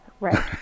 right